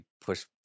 push